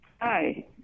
Hi